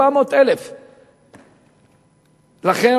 400,000. לכן,